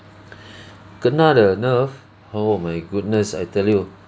kena the nerve oh my goodness I tell you